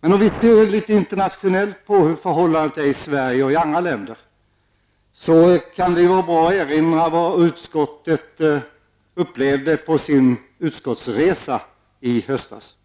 Men om vi ser på förhållandet i Sverige i jämförelse med hur det är i andra länder, kan det vara bra att erinra om vad utskottet upplevde på sin resa i höstas.